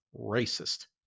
racist